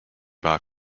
bug